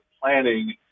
planning